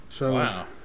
Wow